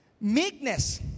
Meekness